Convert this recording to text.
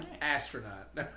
Astronaut